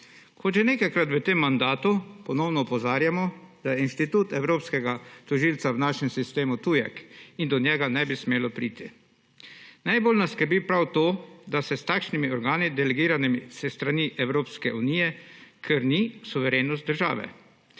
Kot že nekajkrat v tem mandatu ponovno opozarjamo, da je institut evropskega tožilca v našem sistemu tujek in do njega ne bi smelo priti. Najbolj nas skrbi prav to, da se s takšnimi organi, delegiranimi s strani Evropske unije, krni suverenost države.